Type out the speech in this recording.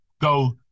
go –